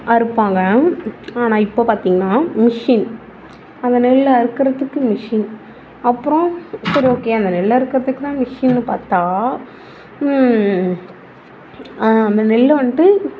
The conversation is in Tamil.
அறுப்பாங்க ஆனால் இப்போ பார்த்தீங்கனா மிஷின் அந்த நெல்லை அறுக்கிறதுக்கு மிஷின் அப்புறம் சரி ஓகே அந்த நெல்லை அறுக்கிறதுக்கு தான் மெஷின்னு பார்த்தா அந்த நெல்லை வந்துட்டு